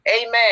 Amen